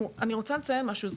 אני רוצה לציין משהו,